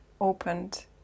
opened